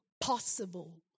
possible